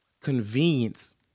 convenience